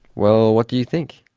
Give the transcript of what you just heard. well, what do you think?